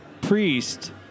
priest